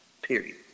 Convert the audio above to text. Period